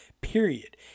period